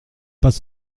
pas